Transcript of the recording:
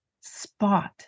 spot